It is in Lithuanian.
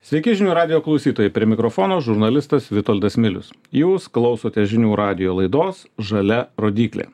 sveiki žinių radijo klausytojai prie mikrofono žurnalistas vitoldas milius jūs klausote žinių radijo laidos žalia rodyklė